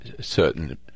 certain